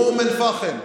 אום אל-פחם,